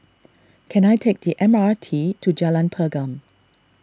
can I take the M R T to Jalan Pergam